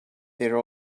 there